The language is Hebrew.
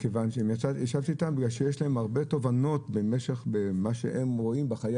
מכיוון שיש להם הרבה תובנות במה שהם רואים בחיי